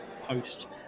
post